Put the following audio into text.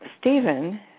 Stephen